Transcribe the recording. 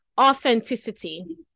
Authenticity